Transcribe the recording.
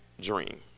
dream